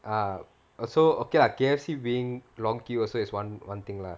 ah so okay lah K_F_C being long queue also is [one] [one] thing lah